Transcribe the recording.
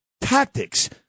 tactics